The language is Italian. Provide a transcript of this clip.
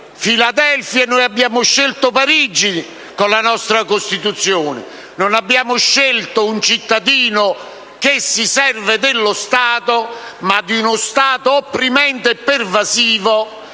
Filadelfia si è scelto Parigi con la nostra Costituzione: non abbiamo scelto un cittadino che si serve dello Stato, ma uno Stato opprimente e pervasivo